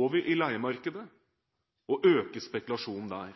over i leiemarkedet og øke spekulasjonen der.